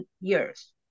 years